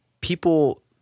people